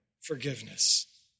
forgiveness